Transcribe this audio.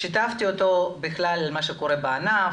שיתפתי אותו בכלל על מה שקורה בענף